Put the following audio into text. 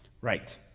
Right